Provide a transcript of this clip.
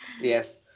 yes